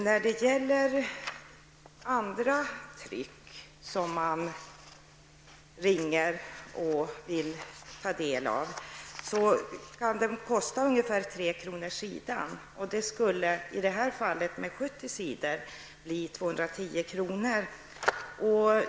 Annat offentligt tryck som man vill ta del av kostar ungefär 3 kr. per sida, vilket i det här fallet som rör sig om 70 sidor skulle innebära 210 kr.